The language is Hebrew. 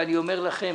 ואני אומר לכם,